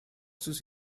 sus